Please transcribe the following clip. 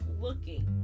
looking